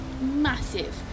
massive